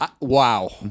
Wow